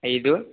ఐదు